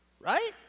Right